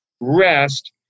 rest